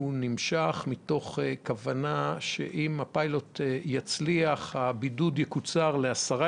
מתוך כוונה שאם הפיילוט יצליח הבידוד יקוצר לעשרה